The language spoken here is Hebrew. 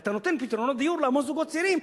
ואתה נותן פתרונות דיור להמון זוגות צעירים,